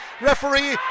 referee